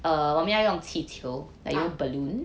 uh